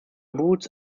boots